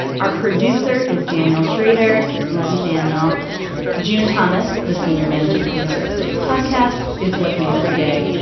our producer is daniel schrader. love you daniel june thomas the senior managing producer of slate podcast is what made us gay